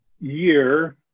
year